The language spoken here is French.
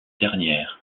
dernière